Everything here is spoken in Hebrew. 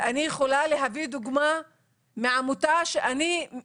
ויש הרבה מחקרים שהראו שסיוע